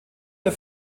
der